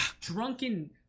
Drunken